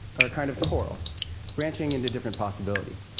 are a kind of coral branching into different possibilities.